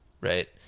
right